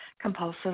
compulsive